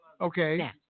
Okay